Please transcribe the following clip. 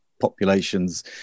populations